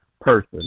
person